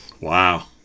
Wow